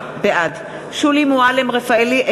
בעד שולי מועלם-רפאלי,